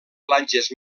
platges